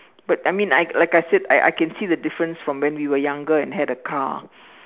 but I mean I I like I I said I I can see the difference from when we were younger and we had a car